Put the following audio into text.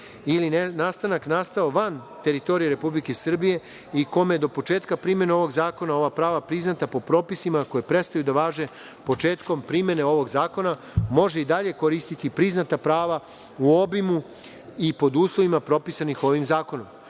ili nastanak nastao van teritorije Republike Srbije i kome su do početka primene ovog zakona ova prava priznata po propisima koja prestaju da važe početkom primene ovog zakona, može i dalje koristiti priznata prava u obimu i pod uslovima propisanim ovim zakonom. Uređeno